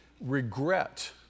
regret